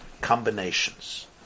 combinations